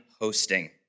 hosting